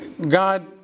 God